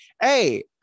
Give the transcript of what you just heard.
hey